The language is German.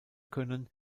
können